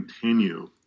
continue